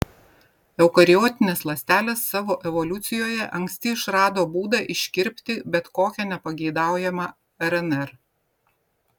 eukariotinės ląstelės savo evoliucijoje anksti išrado būdą iškirpti bet kokią nepageidaujamą rnr